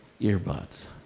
earbuds